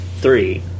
Three